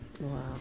Wow